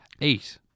Eight